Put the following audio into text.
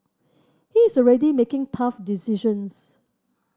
he is already making tough decisions